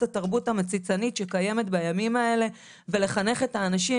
התרבות המציצנית שקיימת בימים האלה ולחנך את האנשים,